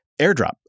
AirDrop